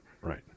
Right